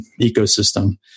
ecosystem